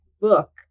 book